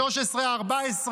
12, 13, 14,